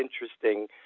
interesting